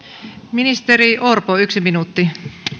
ministeri orpo yksi minuutti